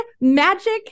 magic